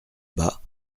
bas